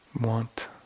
want